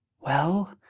Well